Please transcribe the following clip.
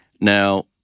Now